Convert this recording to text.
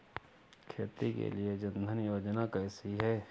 खेती के लिए जन धन योजना कैसी है?